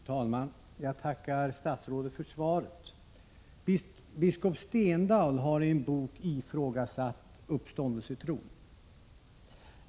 Fru talman! Jag tackar statsrådet för svaret. Biskop Stendahl har i en bok ifrågasatt uppståndelsetron.